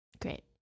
Great